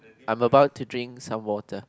I'm about to drink some water